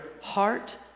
heart